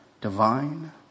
divine